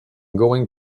going